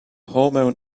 hormone